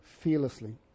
fearlessly